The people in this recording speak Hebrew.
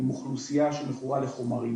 עם אוכלוסיה שמכורה לחומרים.